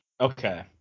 Okay